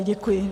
Děkuji.